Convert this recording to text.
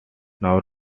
now